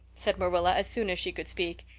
said marilla as soon as she could speak,